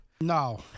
No